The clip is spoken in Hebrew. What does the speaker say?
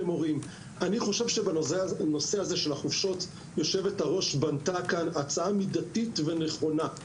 אני חושב שבנושא החופשות יושבת-הראש בנתה כאן הצעה מידתית ונכונה.